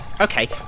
okay